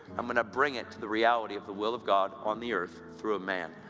i'm going to bring it to the reality of the will of god on the earth through a man.